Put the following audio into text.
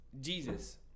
Jesus